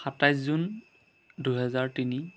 সাতাইছ জুন দুহেজাৰ তিনি